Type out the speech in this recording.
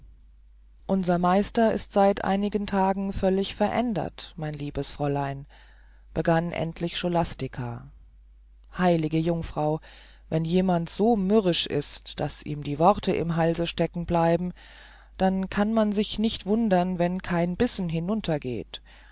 unser meister ist seit einigen tagen völlig verändert mein liebes fräulein begann endlich scholastica heilige jungfrau wenn jemand so mürrisch ist daß ihm die worte im halse stecken bleiben kann man sich nicht wundern wenn kein bissen hinuntergeht